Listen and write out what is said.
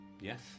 Yes